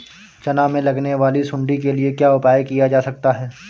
चना में लगने वाली सुंडी के लिए क्या उपाय किया जा सकता है?